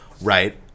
right